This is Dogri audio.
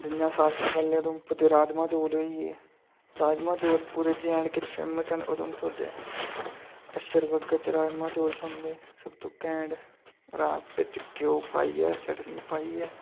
जिं'यां सारे तो पैह्ले उधमपुर दे राजमां चौल होई गे राजमां चौल पूरे जे एंड के च फेमस न उधमपुर दे असर बगर च राजमां चौल थ्होंदे सबतु कैंट परात बिच घ्यो पाइयै चटनी पाइयै